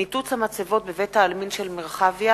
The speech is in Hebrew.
ניתוץ המצבות בבית-העלמין של מרחביה